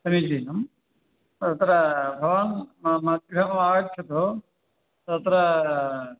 समीचीनं तत्र भवान् मम गृहमागच्छतु तत्र